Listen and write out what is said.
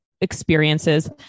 experiences